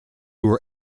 were